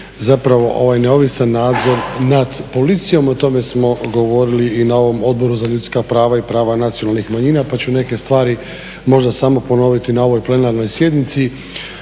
zapravo ovaj neovisan nadzor nad policijom, o tome smo govorili i na ovom Odboru za ljudska prava i prava nacionalnih manjina pa ću neke stvari možda samo ponoviti na ovoj plenarnoj sjednici.